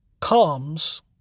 comes